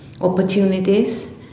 opportunities